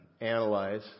analyze